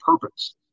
purpose